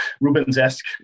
Rubens-esque